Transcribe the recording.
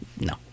No